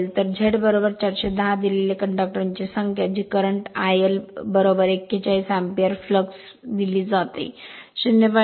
तर Z 410 दिलेले कंडक्टरची संख्या जी करंट IL 41 अँपिअर फ्लक्स दिली जाते 0